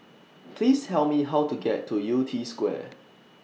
Please Tell Me How to get to Yew Tee Square